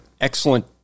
excellent